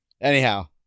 Anyhow